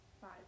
Five